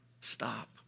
stop